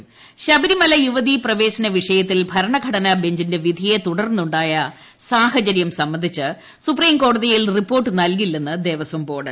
Devaswom board Sabarimala യുവതീ പ്രവേശന വിഷയത്തിൽ ഭരണഘടനാ ബെഞ്ചിന്റെ വിധിയെ തുടർന്നുണ്ടായ സാഹചര്യം സംബന്ധിച്ച് സുപ്രീം കോടതിയിൽ റിപ്പോർട്ട് നൽകില്ലെന്ന് ദേവസ്വം ബോർഡ്